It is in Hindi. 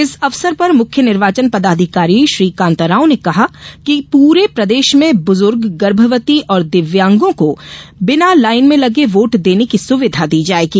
इस अवसर पर मुख्य निर्वाचन पदाधिकारी श्री कांताराव ने कहा कि पूरे प्रदेश में बुजुर्ग गर्भवती और दिव्यांगों को बीना लाइन में लगे वोट देने की सुविधा दी जाएगी